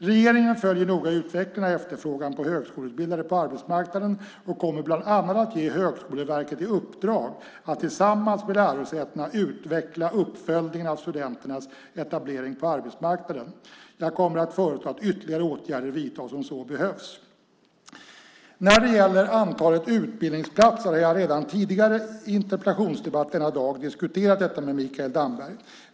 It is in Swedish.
Regeringen följer noga utvecklingen av efterfrågan på högskoleutbildade på arbetsmarknaden och kommer bland annat att ge Högskoleverket i uppdrag att tillsammans med lärosätena utveckla uppföljningen av studenternas etablering på arbetsmarknaden. Jag kommer att föreslå att ytterligare åtgärder vidtas om så behövs. När det gäller antalet utbildningsplatser har jag redan tidigare i interpellationsdebatten denna dag diskuterat detta med Mikael Damberg.